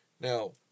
Now